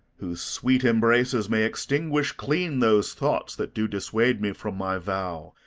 whose sweet embraces may extinguish clean those thoughts that do dissuade me from my vow,